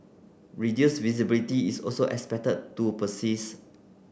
reduce visibility is also expected to persist